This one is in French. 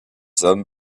hommes